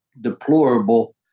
deplorable